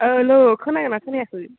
अ हेल्ल' खोनादोंना खोनायाखै